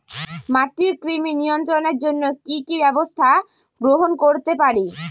মাটির কৃমি নিয়ন্ত্রণের জন্য কি কি ব্যবস্থা গ্রহণ করতে পারি?